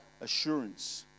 assurance